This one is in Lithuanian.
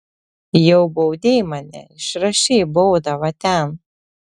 jau baudei mane išrašei baudą va ten